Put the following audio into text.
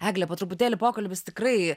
egle po truputėlį pokalbis tikrai